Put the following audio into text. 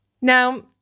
Now